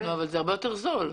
זה הרבה יותר זול.